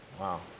Wow